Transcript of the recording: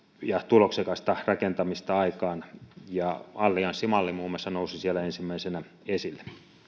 ja tuloksekasta rakentamista aikaan allianssimalli muun muassa nousi siellä ensimmäisenä esille